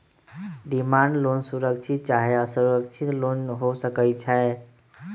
demand loan सुरक्षित चाहे असुरक्षित लोन हो सकइ छै